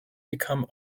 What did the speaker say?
become